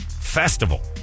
festival